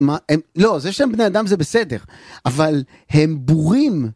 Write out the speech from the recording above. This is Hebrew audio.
מה, לא זה שהם בני אדם זה בסדר, אבל הם בורים.